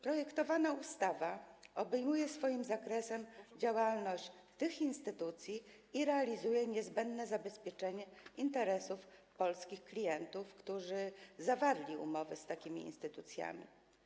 Projektowana ustawa obejmuje swoim zakresem działalność tych instytucji i realizuje niezbędne zabezpieczenie interesów polskich klientów, którzy zawarli umowy z takimi instytucjami.